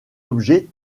objets